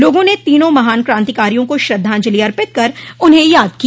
लोगों ने तीनों महान क्रातिकारियों को श्रद्धांजलि अर्पित कर उन्हें याद किया